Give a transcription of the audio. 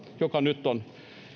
joka nyt on